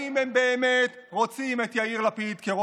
חבר הכנסת אבו שחאדה, אני קורא אותך לסדר פעם